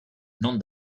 non